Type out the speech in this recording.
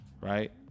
right